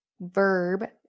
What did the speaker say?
verb